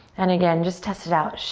and again, just test it out.